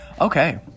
Okay